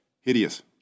Hideous